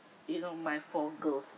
you know my four girls